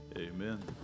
Amen